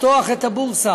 לפתוח את הבורסה.